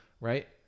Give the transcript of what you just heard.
right